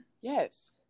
yes